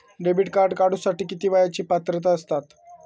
Debit card काढूसाठी किती वयाची पात्रता असतात?